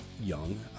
young